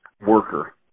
worker